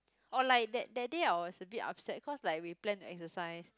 or like that that day I was a bit upset cause like we plan to exercise